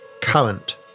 current